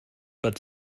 but